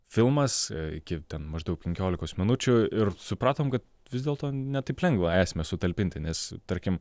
filmas iki ten maždaug penkiolikos minučių ir supratom kad vis dėlto ne taip lengva esmę sutalpinti nes tarkim